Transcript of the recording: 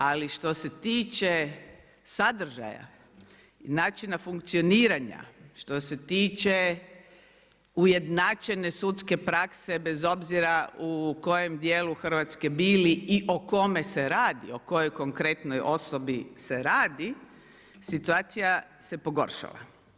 Ali, što se tiče sadržaja, načina funkcioniranja, što se tiče ujednačene sudske prakse, bez obzira u kojem dijelu Hrvatske bili i o kome se radi, o kojoj konkretno osobi se radi, situacija se pogoršala.